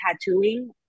tattooing